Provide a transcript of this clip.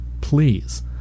Please